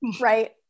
Right